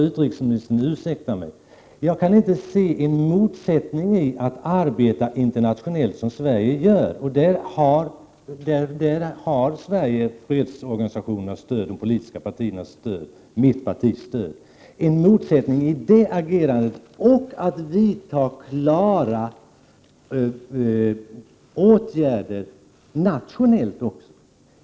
Utrikesministern får ursäkta mig, men jag kan inte se någon motsättning i att arbeta internationellt, som Sverige gör — och där har Sverige fredsorganisationernas och de politiska partiernas inkl. mitt eget partis stöd — och att vidta klara åtgärder nationellt.